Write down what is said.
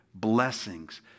blessings